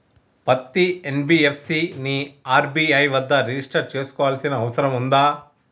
పత్తి ఎన్.బి.ఎఫ్.సి ని ఆర్.బి.ఐ వద్ద రిజిష్టర్ చేసుకోవాల్సిన అవసరం ఉందా?